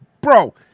Bro